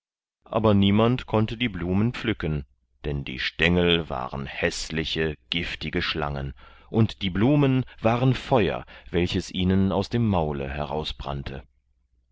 aber niemand konnte die blumen pflücken denn die stengel waren häßliche giftige schlangen und die blumen waren feuer welches ihnen aus dem maule